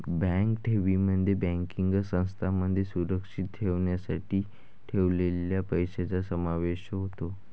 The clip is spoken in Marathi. बँक ठेवींमध्ये बँकिंग संस्थांमध्ये सुरक्षित ठेवण्यासाठी ठेवलेल्या पैशांचा समावेश होतो